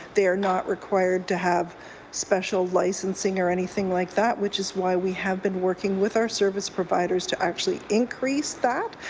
they are not required to have special licencing or anything like that, which is why we have been working with our service providers to actually increase that.